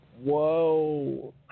whoa